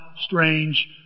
strange